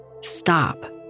Stop